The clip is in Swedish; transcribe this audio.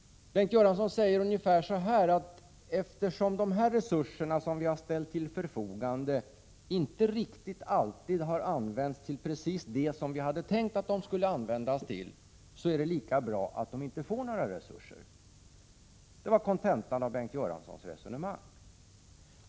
Bengt Göransson säger ungefär så här: Eftersom de resurser som vi har ställt till förfogande inte riktigt alltid har använts till precis det som vi hade tänkt att de skulle användas till, är det lika bra att kommunerna inte får några resurser. Det var kontentan i Bengt Göranssons resonemang.